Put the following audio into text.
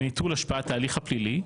לנטרול השפעת ההליך הפלילי,